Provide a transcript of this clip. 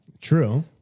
True